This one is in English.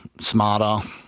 smarter